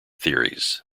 theories